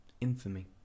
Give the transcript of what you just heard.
infamy